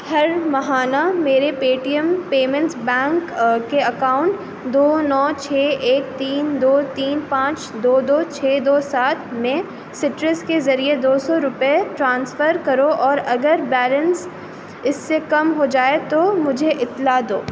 ہر مہانہ میرے Paytm payments bank کے اکاؤنٹ دو نو چھ ایک تین دو تین پانچ دو دو چھ دو سات میں سٹرس کے ذریعے دو سو روپئے ٹرانسفر کرو اور اگر بیلنس اس سے کم ہو جائے تو مجھے اطلاع دو